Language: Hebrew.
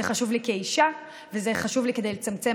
זה חשוב לי כאישה וזה חשוב לי כדי לצמצם